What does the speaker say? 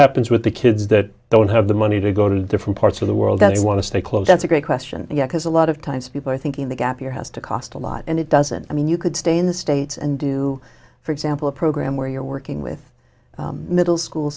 happens with the kids that don't have the money to go to different parts of the world that you want to stay close that's a great question because a lot of times people are thinking the gap year has to cost a lot and it doesn't i mean you could stay in the states and do for example a program where you're working with middle school